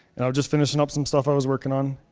and i was just finishing up some stuff i was working on.